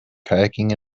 kayaking